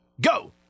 go